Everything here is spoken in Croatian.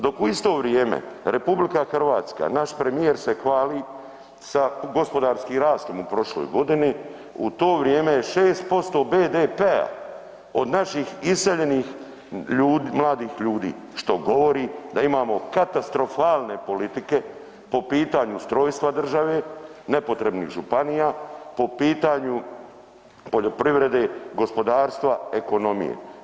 Dok u isto vrijeme RH, naš premijer se hvali sa gospodarskim rastom u prošloj godini, u to vrijeme je 6% BDP-a od naših iseljenih ljudi, mladih ljudi, što govori da imamo katastrofalne politike, po pitanju ustrojstva države, nepotrebnih županija, po pitanju poljoprivrede, gospodarstva, ekonomije.